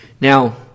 Now